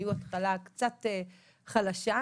היו התחלה קצת חלשה,